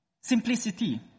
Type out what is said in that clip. Simplicity